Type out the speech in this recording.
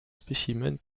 spécimens